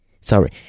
sorry